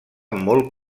molt